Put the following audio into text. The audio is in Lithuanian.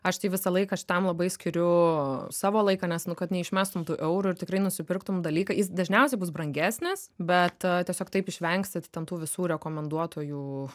aš tai visą laiką šitam labai skiriu savo laiką nes nu kad neišmestų tų eurų ir tikrai nusipirktum dalyką jis dažniausiai bus brangesnis bet tiesiog taip išvengsit ten tų visų rekomenduotojų